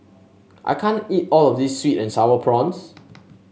I can't eat all of this sweet and sour prawns